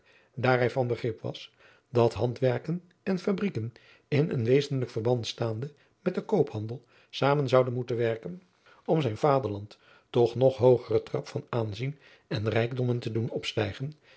hij van begrip was dat handwerken en fabrijken in een wezenlijk verband staande met den koophandel zamen zouden moeten werken om zijn vaderland tot nog hoogeren trap van aanzien en rijkdommen te doen opstijgen